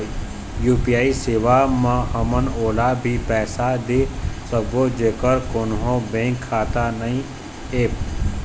UPI सेवा म हमन ओला भी पैसा दे सकबो जेकर कोन्हो बैंक खाता नई ऐप?